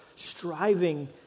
striving